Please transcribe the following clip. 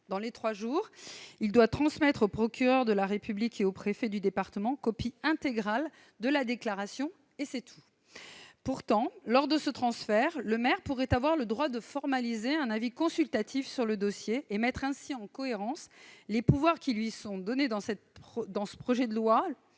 dans les 3 jours, il doit transmettre au procureur de la République et au préfet du département copie intégrale de la déclaration et c'est tout, pourtant, lors de ce transfert le pourrait avoir le droit de formaliser un avis consultatif sur le dossier et mettre ainsi en cohérence les pouvoirs qui lui sont donnés dans cette dans